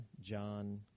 John